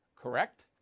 correct